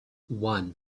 one